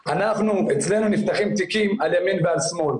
אצלנו נפתחים תיקים על ימין ועל שמאל,